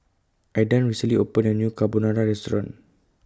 Aidan recently opened A New Carbonara Restaurant